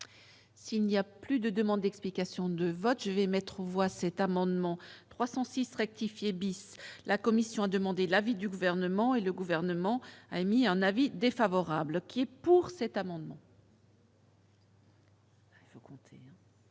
S'il n'y a plus de demandes d'explications de vote, je vais mettre aux voix cette amendement 306 rectifier bis. La Commission a demandé l'avis du gouvernement et le gouvernement a émis un avis défavorable qui pour cet amendement.